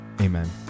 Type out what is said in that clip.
Amen